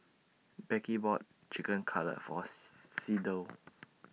Beckie bought Chicken Cutlet For Sydell